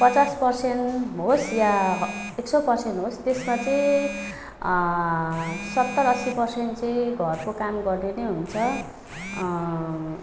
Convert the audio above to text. पचास पर्सेन्ट होस् या एक सय पर्सेन्ट होस् त्यसमा चाहिँ सत्तरी असी पर्सेन्ट चाहिँ घरको काम गर्ने नै हुन्छ